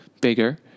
bigger